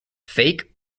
fake